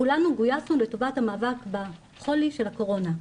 כולנו גויסנו לטובת המאבק בחולי של הקורונה,